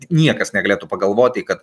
niekas negalėtų pagalvoti kad